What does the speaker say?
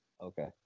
Okay